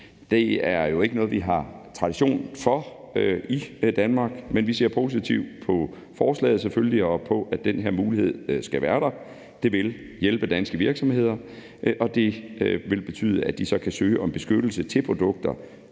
Det er jo ikke noget, vi har tradition for i Danmark, men vi ser selvfølgelig positivt på forslaget og på, at den her mulighed skal være der. Det vil hjælpe danske virksomheder, og det vil betyde, at de så kan søge om beskyttelse til produkter